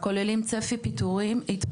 כוללים צפי התפטרויות,